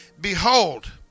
Behold